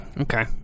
Okay